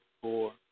four